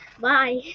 bye